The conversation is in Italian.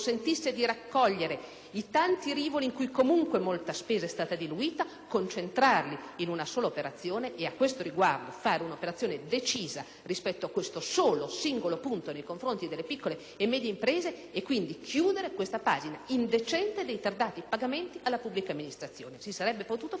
i tanti rivoli, in cui comunque molta spesa è stata diluita, concentrarli in una sola operazione e, a questo riguardo, compierne una decisa, rispetto a questo solo, singolo punto nei confronti delle piccole e medie imprese, chiudendo questa pagina indecente dei ritardati pagamenti della pubblica amministrazione. Si sarebbe potuto fare, raccogliendo